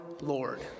Lord